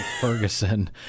Ferguson